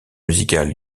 musical